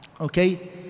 Okay